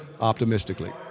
optimistically